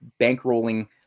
bankrolling